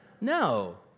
no